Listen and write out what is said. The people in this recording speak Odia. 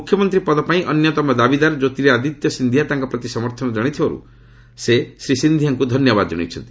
ମୁଖ୍ୟମନ୍ତ୍ରୀ ପଦ ପାଇଁ ଅନ୍ୟତମ ଦାବିଦାର ଜ୍ୟୋର୍ତିଆଦିତ୍ୟ ସିନ୍ଧିଆ ତାଙ୍କପ୍ରତି ସମର୍ଥନ ଜଣାଇଥିବାରୁ ସେ ଶ୍ରୀ ସିନ୍ଧିଆଙ୍କୁ ଧନ୍ୟବାଦ ଜଣାଇଛନ୍ତି